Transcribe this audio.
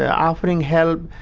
yeah offering help,